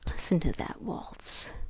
listen to that waltz.